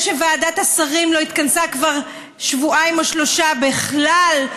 זה שוועדת השרים לא התכנסה כבר שבועיים או שלושה בכלל,